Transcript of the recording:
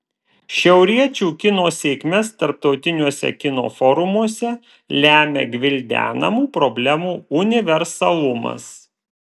šiauriečių kino sėkmes tarptautiniuose kino forumuose lemia gvildenamų problemų universalumas